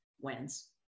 wins